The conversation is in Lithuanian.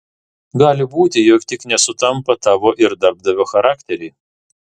gali būti jog tik nesutampa tavo ir darbdavio charakteriai